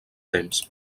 temps